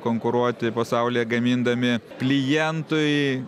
konkuruoti pasaulyje gamindami klientui